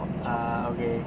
ah okay